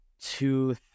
two